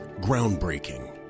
Groundbreaking